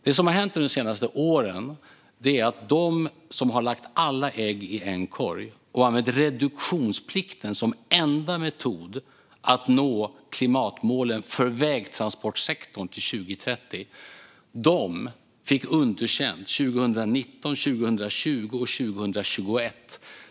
Det som har hänt de senaste åren är att de som har lagt alla ägg i en korg och använder reduktionsplikten som enda metod att nå klimatmålen för vägtransportsektorn till 2030 fick underkänt 2019, 2020 och 2021.